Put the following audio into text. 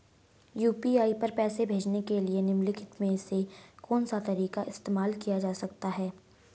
UPI पर पैसे भेजने के लिए निम्नलिखित में से कौन सा तरीका इस्तेमाल किया जा सकता है?